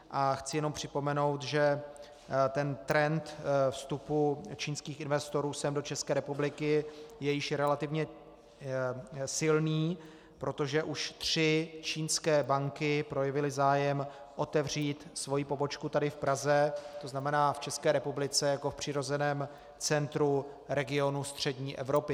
A chci jenom připomenout, že trend vstupu čínských investorů sem do České republiky je již relativně silný, protože už tři čínské banky projevily zájem otevřít svoji pobočku tady v Praze, to znamená v České republice jako v přirozeném centru regionu střední Evropy.